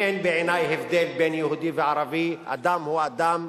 אין בעיני הבדל בין יהודי לערבי, אדם הוא אדם.